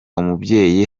umubyeyi